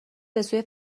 بسوی